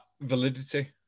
validity